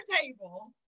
table